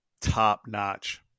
top-notch